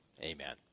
Amen